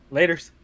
Laters